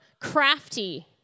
crafty